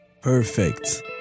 Perfect